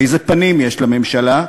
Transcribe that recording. איזה פנים יש לממשלה ולנו,